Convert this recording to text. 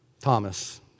Thomas